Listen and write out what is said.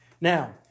Now